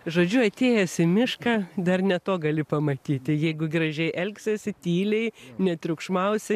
žodžiu atėjęs į mišką dar ne to gali pamatyti jeigu gražiai elgsiesi tyliai netriukšmausi